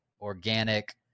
organic